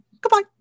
Goodbye